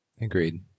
Agreed